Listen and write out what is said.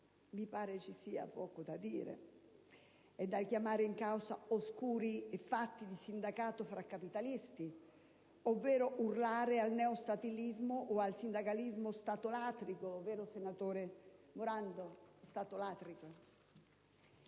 Mi pare ci sia poco da dire, o da chiamare in causa oscuri patti di sindacato fra capitalisti, ovvero urlare al neostatalismo o al sindacalismo statolatrico (vero, senatore Morando?).